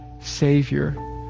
savior